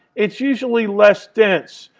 it's usually less dense.